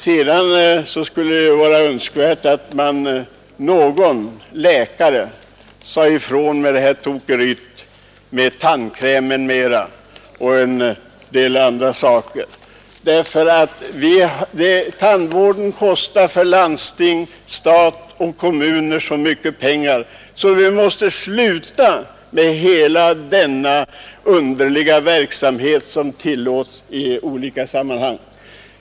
Sedan skulle det vara önskvärt att någon läkare sade ifrån beträffande tokeriet med tandkräm m.m. och en del andra saker, därför att tandvården kostar landstingen, staten och kommuner så mycket pengar att vi måste sluta med hela denna underliga verksamhet som tillåts pågå i olika sammanhang.